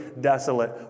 desolate